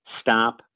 stop